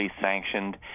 sanctioned